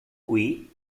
qui